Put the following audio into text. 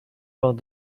vingt